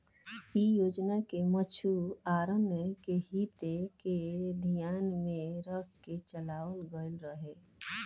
इ योजना के मछुआरन के हित के धियान में रख के चलावल गईल रहे